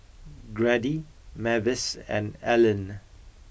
Grady Mavis and Ellyn